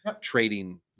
trading